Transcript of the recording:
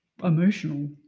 emotional